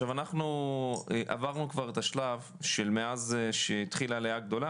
אנחנו עברנו כבר את השלב מאז שהתחילה העלייה הגדולה.